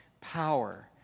power